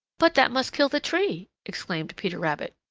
but that must kill the tree! exclaimed peter rabbit.